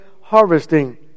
harvesting